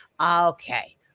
okay